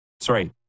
sorry